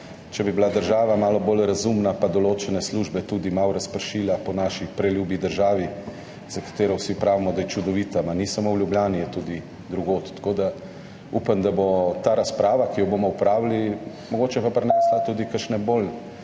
če bi bila država malo bolj razumna pa določene službe tudi malo razpršila po naši preljubi državi, za katero vsi pravimo, da je čudovita. Pa ni samo v Ljubljani, je tudi drugod. Upam, da bo ta razprava, ki jo bomo opravili, mogoče pa prinesla tudi kakšne bolj